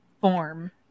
form